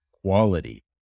quality